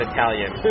Italian